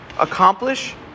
accomplish